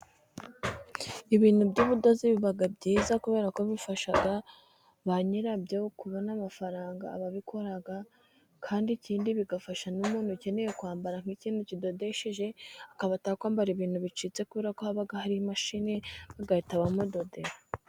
Ibintu by'ubudozi biba byiza kuberako bifasha ba nyirabyo kubona n'amafaranga ababikora, kandi ikindi bigafasha n'umuntu ukeneye kwambara nk'ikintu kidodesheje, akaba atakwambara ibintu bicitse kuberako haba hari imashini bahita bamudodera.